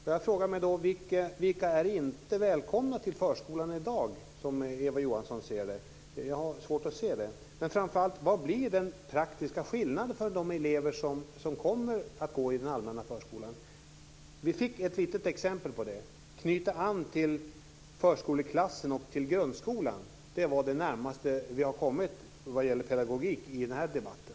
Jag frågar mig då: Vilka är inte välkomna till förskolan i dag som Eva Johansson ser det? Jag har svårt att se detta. Men framför allt: Vad blir den praktiska skillnaden för de elever som kommer att gå i den allmänna förskolan? Vi fick ett litet exempel. Det talades om att knyta an till förskoleklassen och till grundskolan - det var det närmaste vi har kommit vad gäller pedagogik i den här debatten.